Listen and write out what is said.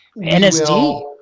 NSD